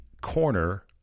corner